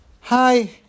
hi